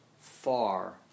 far